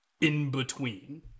in-between